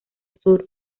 sur